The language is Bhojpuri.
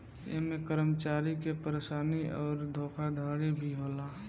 ऐमे कर्मचारी के परेशानी अउर धोखाधड़ी भी होला